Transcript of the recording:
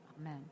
Amen